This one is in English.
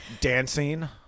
dancing